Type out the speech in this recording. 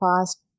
past